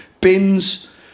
bins